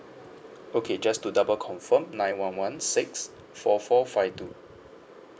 okay just to double confirm nine one one six four four five two